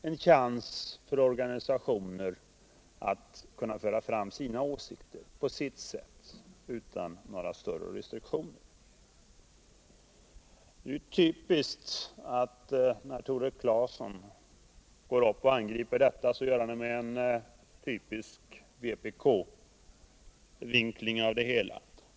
en chans för organisationer att föra fram sina åsikter, på sitt sätt och utan större restriktioner. Det är typiskt att Tore Clacson angriper detta med en speciell vpk-vinkling av det hela.